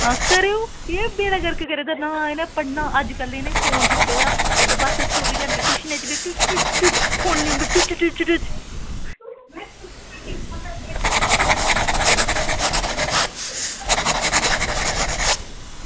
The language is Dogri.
आं करेओ आं इनें बेड़ागर्क करी देना ना इनें पढ़ना ते अज्जकल इनेंगी फोन दित्ते दा ट्यूशन च बी टुच टुच फोनै उप्पर चुच टुच